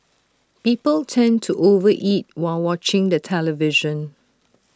people tend to over eat while watching the television